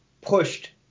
pushed